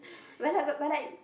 but I but I